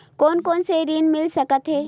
कोन कोन से ऋण मिल सकत हे?